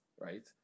right